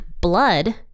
blood